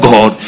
God